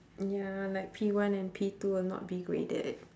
ya like P one and P two will not be graded